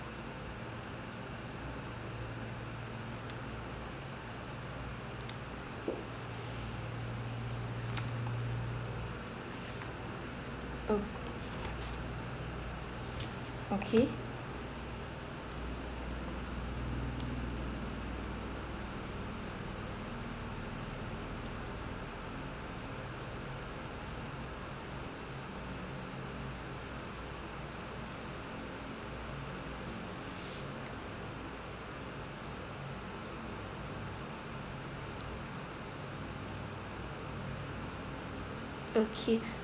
oo okay okay